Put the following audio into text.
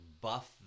buff